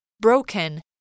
Broken